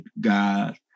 God